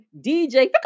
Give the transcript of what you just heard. DJ